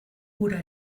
ura